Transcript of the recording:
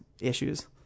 issues